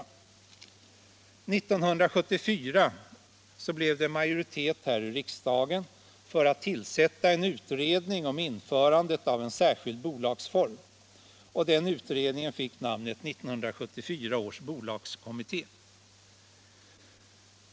År 1974 blev det majoritet här i riksdagen för att tillsätta en utredning om införande av en särskild bolagsform. Den utredningen fick namnet 1974 års bolagskommitté.